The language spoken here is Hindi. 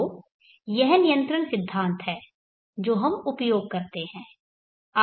तो यह नियंत्रण सिद्धांत है जो हम उपयोग करते हैं